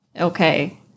okay